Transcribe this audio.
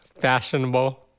fashionable